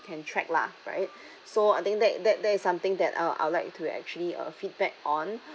can track lah right so I think that that there is something that I I would I would like to actually uh feedback on